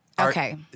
Okay